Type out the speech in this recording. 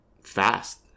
fast